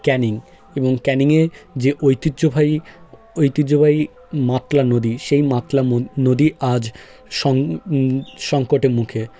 ক্যানিং এবং ক্যানিংয়ে যে ঐতিহ্যবাহী ঐতিহ্যবাহী মাতলা নদী সেই মাতলা নদী আজ সংকটের মুখে